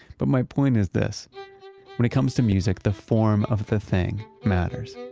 but my point is this when it comes to music, the form of the thing matters.